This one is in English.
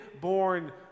born